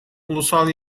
ulusal